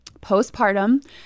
postpartum